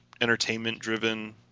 entertainment-driven